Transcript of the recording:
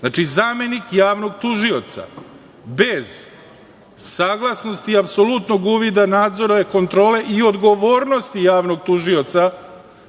Znači, zamenik javnog tužioca bez saglasnosti i apsolutnog uvida nadzora i kontrole i odgovornosti javnog tužioca